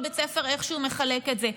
כל בית ספר איך שהוא מחלק את זה?